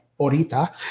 Horita